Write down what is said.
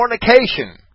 fornication